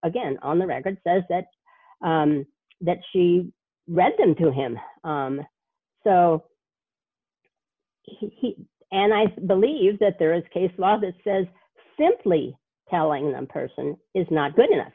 again on the record says that that she read them to him so he and i believe that there is case law that says simply telling them person is not good enough